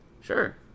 Sure